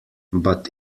but